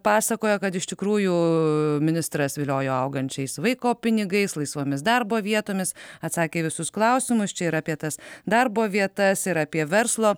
pasakojo kad iš tikrųjų ministras viliojo augančiais vaiko pinigais laisvomis darbo vietomis atsakė į visus klausimus čia ir apie tas darbo vietas ir apie verslo